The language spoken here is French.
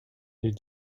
les